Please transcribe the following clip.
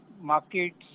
markets